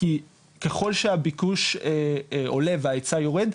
כי ככול שהביקוש עולה וההיצע יורד,